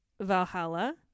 Valhalla